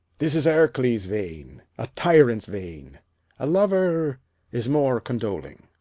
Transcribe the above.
this is ercles' vein, a tyrant's vein a lover is more condoling.